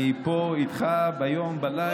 אני פה איתך ביום ובלילה.